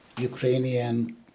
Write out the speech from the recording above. Ukrainian